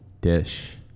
dish